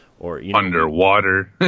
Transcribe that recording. Underwater